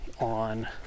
on